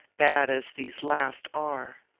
bad as these last are.